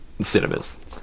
cinemas